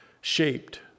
shaped